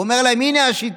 הוא אומר להם: הינה השיטה.